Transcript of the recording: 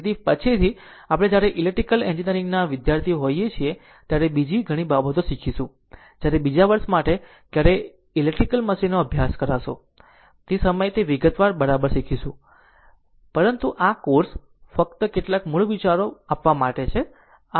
તેથી પછીથી જ્યારે આપણે ઇલેક્ટ્રિકલ એન્જિનિયરિંગના વિદ્યાર્થી હોઈએ છીએ ત્યારે બીજી ઘણી બાબતો શીખીશું જ્યારે બીજા વર્ષ માટે ક્યારે ઇલેક્ટ્રિકલ મશીનોનો અભ્યાસ કરશે તે સમયે તે વિગતવાર બરાબર શીખશે પરંતુ આ કોર્સ ફક્ત કેટલાક મૂળ વિચારો આપવા માટે